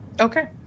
Okay